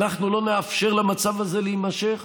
אנחנו לא נאפשר למצב הזה להימשך.